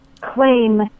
claim